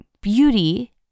beauty